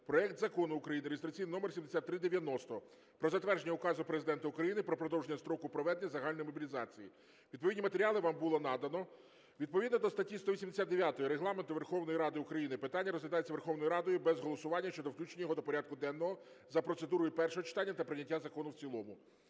проект Закону України (реєстраційний номер 7390) про затвердження Указу Президента України "Про продовження строку проведення загальної мобілізації". Відповідні матеріали вам було надано. Відповідно до статті 189 Регламенту Верховної Ради України питання розглядається Верховною Радою без голосування щодо включення його до порядку денного за процедурою першого читання та прийняття закону в цілому.